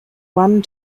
one